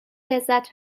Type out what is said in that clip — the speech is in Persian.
لذت